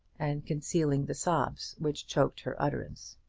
and concealing the sobs which choked her utterance.